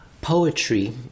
Poetry